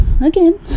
again